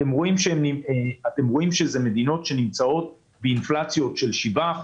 אתם רואים שהן מדינות שנמצאות באינפלציה של 7%,